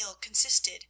consisted